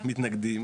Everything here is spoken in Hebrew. פתאום אין תוכניות.